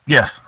Yes